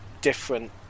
different